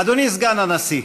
אדוני סגן הנשיא,